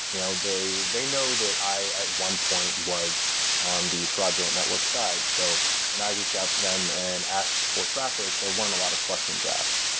you know they they know that i, at one point, was on the fraudulent network side. so when i reached out them and asked for traffic, there weren't a lot of questions asked.